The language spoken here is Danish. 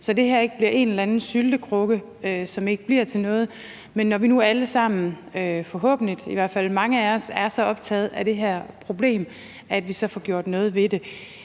så det her ikke bliver en eller anden syltekrukke, som ikke bliver til noget, men at vi, når vi nu alle sammen – forhåbentlig, i hvert fald mange af os – er så optaget af det her problem, så får gjort noget ved det.